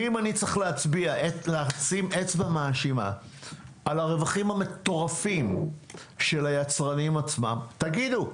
אם צריך לשים אצבע מאשימה על הרווחים המטורפים של היצרנים עצמם תגידו,